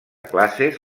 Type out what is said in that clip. classes